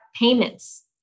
payments